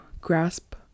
grasp